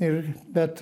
ir bet